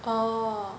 oh